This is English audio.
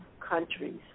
countries